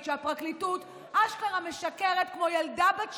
שהפרקליטות אשכרה משקרת כמו ילדה בת שלוש,